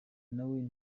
nawe